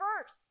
first